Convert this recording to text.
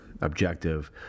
objective